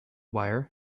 wire